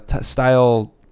style